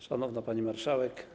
Szanowna Pani Marszałek!